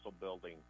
building